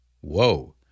Whoa